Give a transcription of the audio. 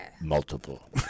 Multiple